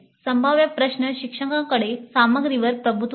संभाव्य प्रश्नः शिक्षकांकडे सामग्रीवर प्रभुत्व होते